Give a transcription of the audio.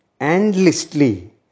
endlessly